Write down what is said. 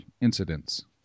incidents